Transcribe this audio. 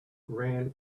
ran